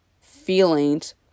feelings